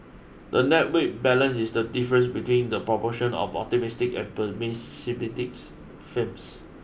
the net weight balance is the difference between the proportion of optimistic and pessimistic firms